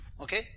Okay